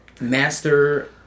Master